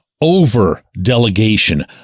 over-delegation